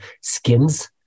skins